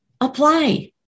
apply